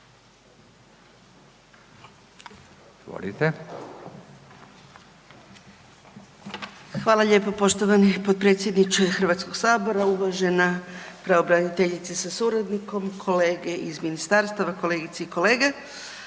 Hvala lijepo poštovani potpredsjedniče Hrvatskog sabora, uvažena pravobraniteljice sa suradnikom, kolege iz ministarstava, kolegice i kolege.